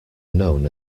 known